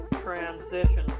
transition